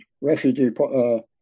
refugee